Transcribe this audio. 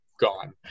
gone